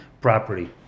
property